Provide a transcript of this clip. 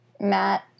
matt